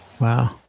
Wow